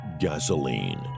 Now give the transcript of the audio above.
gasoline